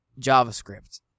JavaScript